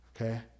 Okay